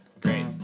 great